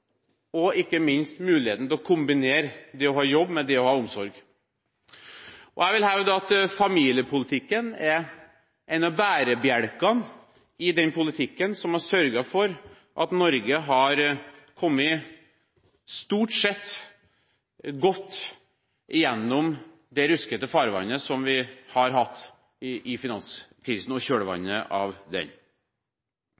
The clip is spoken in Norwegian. og ikke minst ha muligheten til å kombinere det å ha jobb med det å ha omsorg. Jeg vil hevde at familiepolitikken er en av bærebjelkene i den politikken som har sørget for at Norge stort sett har kommet seg godt gjennom det ruskete farvannet som vi hadde under finanskrisen og